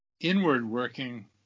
inward-working